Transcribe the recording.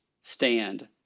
stand